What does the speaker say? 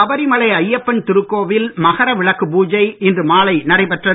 சபரிமலை ஐயப்பன் திருக்கோவில் மகர விளக்கு பூஜை இன்று மாலை நடைபெற்றது